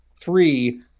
Three